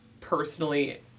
personally